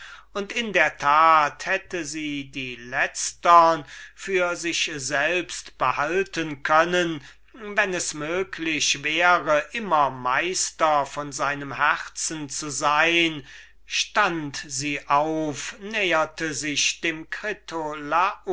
und in der tat hätte sie die letztern für sich selbst behalten können wenn es möglich wäre immer meister von seinem herzen zu sein stund sie auf näherte sich dem